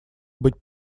быть